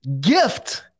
gift